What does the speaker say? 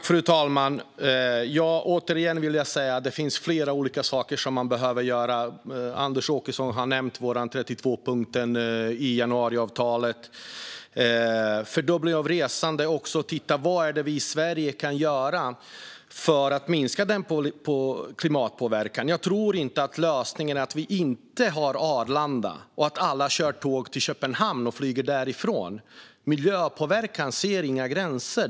Fru talman! Jag vill återigen säga att det finns flera olika saker som man behöver göra. Anders Åkesson har nämnt vår punkt 32 i januariavtalet. Det talas om fördubbling av resandet. Det gäller att titta på vad vi i Sverige kan göra för att minska klimatpåverkan. Jag tror inte att lösningen är att vi inte har Arlanda och att alla åker tåg till Köpenhamn och flyger därifrån. Miljöpåverkan ser inga gränser.